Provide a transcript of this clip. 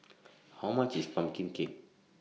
How much IS Pumpkin Cake